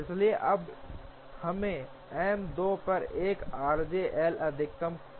इसलिए अब हमें एम 2 पर 1 आरजे एल अधिकतम को हल करना होगा